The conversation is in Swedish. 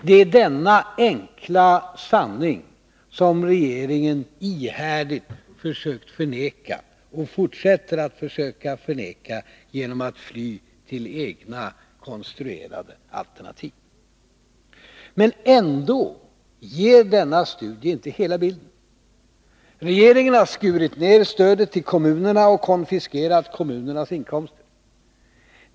Det är denna enkla sanning som regeringen ihärdigt försökt förneka och fortsätter att försöka förneka genom att fly till egna konstruerade alternativ. Men ändå ger denna studie inte hela bilden. Regeringen har skurit ner stödet till kommunerna och konfiskerat kommunernas inkomster.